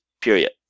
period